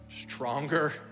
stronger